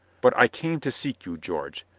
but i came to seek you, george.